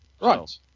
Right